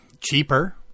Cheaper